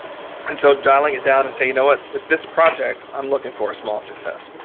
and so, dialing it down and say, you know what? with this project, i'm looking for a small success.